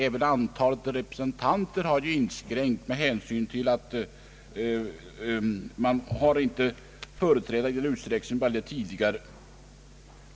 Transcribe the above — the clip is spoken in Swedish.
Även antalet represen tanter har inskränkts i förhållande till tidigare.